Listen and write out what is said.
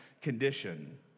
condition